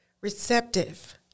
receptive